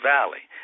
Valley